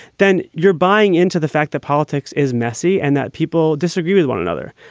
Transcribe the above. then you're buying into the fact that politics is messy and that people disagree with one another.